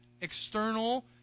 external